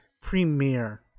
premiere